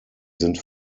sind